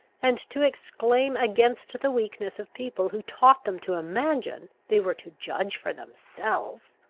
and to exclaim against the weakness of people who taught them to imagine they were to judge for themselves.